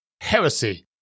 heresy